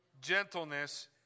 gentleness